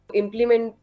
implement